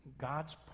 God's